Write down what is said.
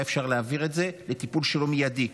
היה אפשר להעביר את זה לטיפול מיידי שלו.